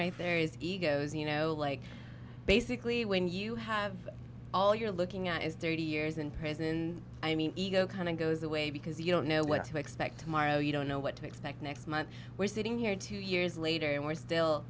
right there is egos you know like basically when you have all you're looking at is thirty years in prison i mean ego kind of goes away because you don't know what to expect tomorrow you don't know what to expect next month we're sitting here two years later and we're still